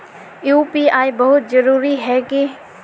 UPI बहुत जरूरी है की?